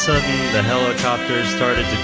so helicopter started to